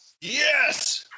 Yes